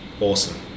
awesome